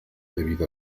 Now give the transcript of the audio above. debido